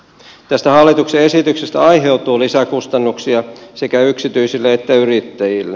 tästä hallituksen esityksestä aiheutuu lisäkustannuksia sekä yksityisille että yrittäjille